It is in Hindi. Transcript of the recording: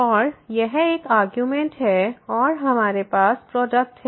और यह एक आर्गुमेंट 0 है और हमारे पास प्रोडक्ट है